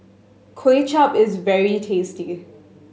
Kuay Chap is very tasty